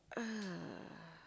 uh